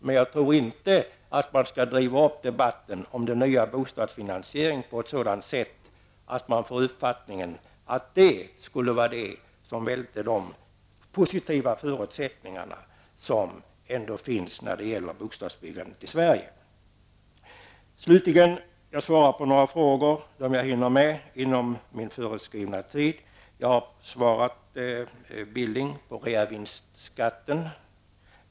Men jag tror inte att man skall driva upp debatten om den nya bostadsfinansieringen på ett sådant sätt att man får uppfattningen att det skulle vara detta som välte de positiva förutsättningarna som ändå finns när det gäller bostadsbyggandet i Sverige. Slutligen skall jag svara på några frågor om jag hinner inom min föreskrivna tid. Jag har svarat på Knut Billings fråga om reavinstbeskattningen.